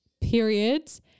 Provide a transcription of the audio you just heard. periods